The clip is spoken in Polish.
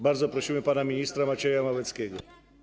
Bardzo prosimy pana ministra Macieja Małeckiego.